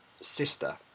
sister